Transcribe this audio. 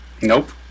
Nope